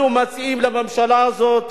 אנחנו מציעים לממשלה הזאת